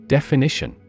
Definition